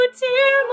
tear